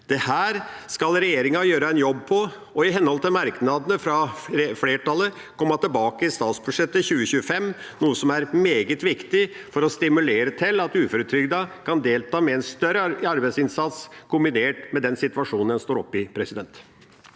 Dette skal regjeringa gjøre en jobb med og i henhold til merknadene fra flertallet komme tilbake til i statsbudsjettet for 2025. Det er meget viktig for å stimulere til at uføretrygdete kan delta med en større arbeidsinnsats kombinert med den situasjonen en står oppi. Torbjørn